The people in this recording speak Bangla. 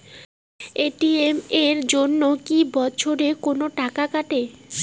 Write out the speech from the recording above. এ.টি.এম এর জন্যে কি বছরে কোনো টাকা কাটে?